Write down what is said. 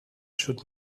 should